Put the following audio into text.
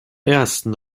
ersten